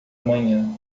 amanhã